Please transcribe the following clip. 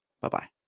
Bye-bye